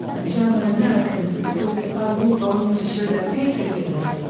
and german americans were forced to buy war bonds to show their patriotism.